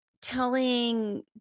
telling